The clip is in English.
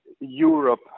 Europe